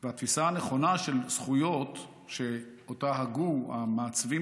והתפיסה הנכונה של זכויות שאותה הגו המעצבים